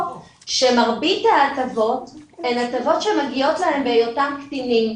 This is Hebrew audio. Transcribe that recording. שמרבית ההטבות הן הטבות שמגיעות להם בהיותם קטינים,